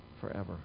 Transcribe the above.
forever